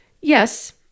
Yes